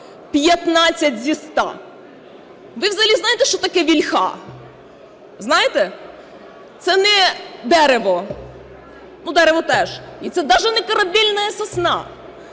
15 зі 100. Ви взагалі знаєте, що таке "Вільха"? Знаєте? Це не дерево. Ну, дерево теж. І це даже не "корабельная сосна".